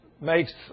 makes